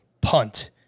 punt